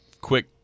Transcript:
quick